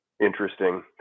interesting